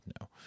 no